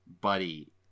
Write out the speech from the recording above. buddy